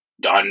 done